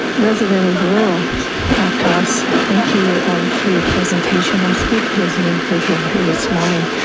resident of rural aptos. thank you um for your presentation. i'm speaking as an individual here this morning.